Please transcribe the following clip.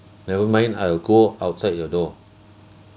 never mind I'll go outside your door